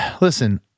listen